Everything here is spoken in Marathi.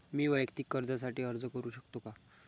मी वैयक्तिक कर्जासाठी अर्ज करू शकतो का?